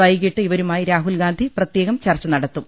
വൈകിട്ട് ഇവരുമായി രാഹുൽ ഗാന്ധി പ്രത്യേകം ചർച്ച നടത്തും